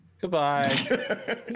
Goodbye